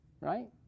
Right